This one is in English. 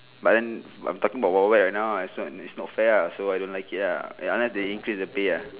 but then I'm talking about wild wild wet and now I so it's not fair ah so I don't like it ah ya unless they increase the pay ah